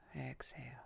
exhale